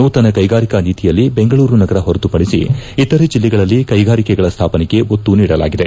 ನೂತನ ಕೈಗಾರಿಕಾ ನೀತಿಯಲ್ಲಿ ಬೆಂಗಳೂರು ನಗರ ಹೊರತುಪಡಿಸಿ ಇತರೆ ಜಿಲ್ಲೆಗಳಲ್ಲಿ ಕೈಗಾರಿಕೆಗಳ ಸ್ಥಾಪನೆಗೆ ಒತ್ತು ನೀಡಲಾಗಿದೆ